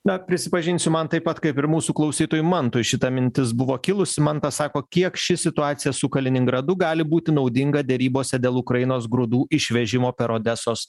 na prisipažinsiu man taip pat kaip ir mūsų klausytojui mantui šita mintis buvo kilusi mantas sako kiek ši situacija su kaliningradu gali būti naudinga derybose dėl ukrainos grūdų išvežimo per odesos